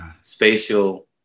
spatial